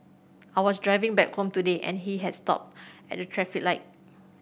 I was driving back home today and he had stopped at traffic light